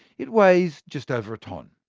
it weighs just over a tonne.